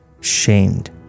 Shamed